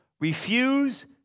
refuse